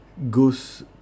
goes